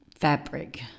fabric